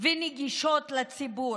ונגישות לציבור.